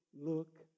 look